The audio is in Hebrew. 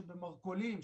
שבמרכולים,